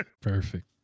perfect